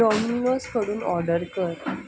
डॉमिनोजकडून order कर